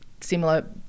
similar